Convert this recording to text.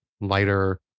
lighter